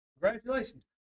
Congratulations